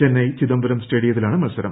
ചെന്നൈ ചിദംബരം സ്റ്റ്പ്പിയ്ത്തിലാണ് മത്സരം